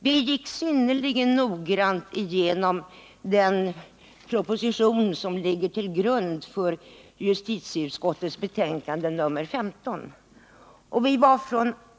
Vi gick synnerligen noggrant igenom den proposition som ligger till grund för justitieutskottets betänkande nr 15.